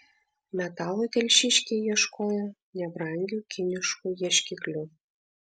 metalo telšiškiai ieškojo nebrangiu kinišku ieškikliu